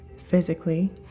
physically